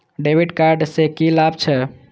डेविट कार्ड से की लाभ छै?